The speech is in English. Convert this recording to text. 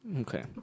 Okay